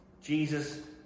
Jesus